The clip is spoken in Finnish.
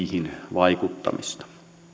vaikuttamista